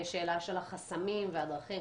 יש שאלה של החסמים והדרכים.